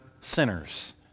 sinners